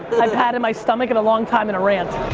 i've had in my stomach in a long time in a rant.